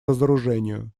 разоружению